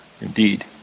Indeed